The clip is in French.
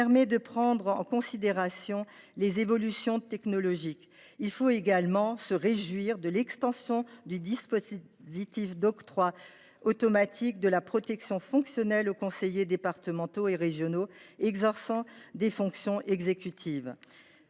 permet de prendre en considération les évolutions technologiques. Il faut également se réjouir de l’extension du dispositif d’octroi automatique de la protection fonctionnelle aux conseillers départementaux et régionaux exerçant des fonctions exécutives.